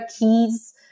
Keys